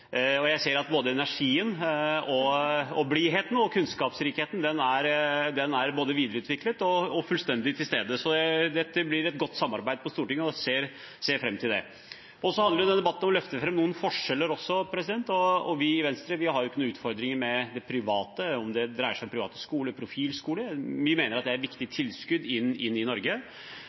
og jeg ser at energien, blidheten og kunnskapsrikheten er både videreutviklet og fullstendig til stede. Dette blir et godt samarbeid på Stortinget, og jeg ser fram til det. Så handler denne debatten også om å løfte fram noen forskjeller, og vi i Venstre har jo ingen utfordringer med det private – om det dreier seg om private skoler, profilskoler – vi mener det er et viktig tilskudd i Norge. Jeg lurer egentlig på hva statsråden vil si til alle dem som jobber i